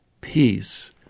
peace